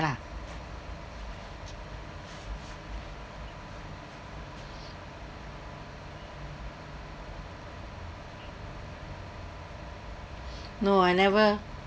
lah no I never